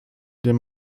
den